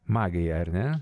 magija ar ne